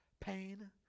pain